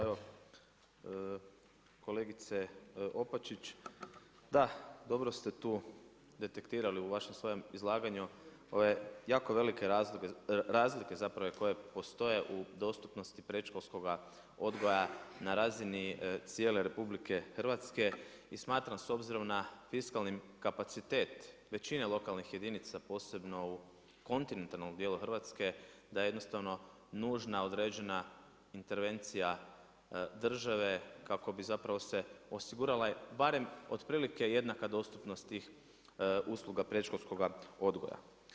Evo, kolegice Opačić, da dobro ste tu detektirali u vašem svojem izlaganju, ove jako velike razlike koje postoje u dostupnosti predškolskoga odgoja na razini cijele RH i smatram s obzirom na fiskalni kapacitet, većina lokalnih jedinica, posebno u kontinentalnog djela Hrvatske, da jednostavno nužna određena intervencija države, kako bi zapravo se osigurala barem otprilike jednaka dostupnost tih usluga predškolskoga odgoja.